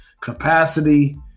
capacity